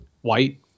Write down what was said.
white